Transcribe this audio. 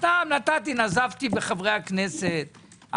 נזפתי סתם בחברי הכנסת.